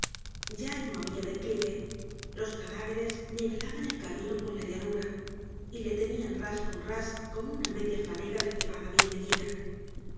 ya no habia declive los cadáveres nivelaban el camino con la llanura y le tenían ras con ras como una media fanega de cebada bien medida